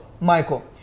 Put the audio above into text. Michael